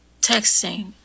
texting